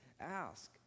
Ask